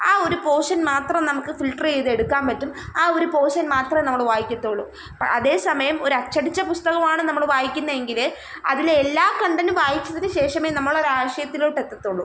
ആ ഒരു പോഷന് മാത്രം നമുക്ക് ഫില്ട്ര് ചെയ്തെടുക്കാന് പറ്റും ആ ഒരു പോഷന് മാത്രമേ നമ്മൾ വായിക്കത്തുള്ളൂ അതേസമയം ഒരു അച്ചടിച്ച പുസ്തകമാണ് നമ്മൾ വായിക്കുന്നതെങ്കിൽ അതിലെ എല്ലാ കണ്ടൻ്റും വായിച്ചതിന് ശേഷമേ നമ്മൾ ഒരു ആശയത്തിലോട്ട് എത്തത്തുള്ളു